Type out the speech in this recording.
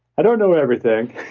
don't know everything,